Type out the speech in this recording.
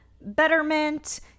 Betterment